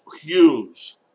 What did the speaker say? Hughes